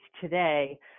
today